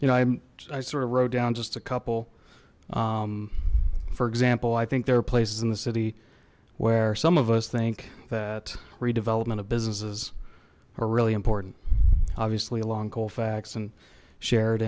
you know i sort of wrote down just a couple for example i think there are places in the city where some of us think that redevelopment of businesses are really important obviously along colfax and share